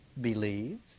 believes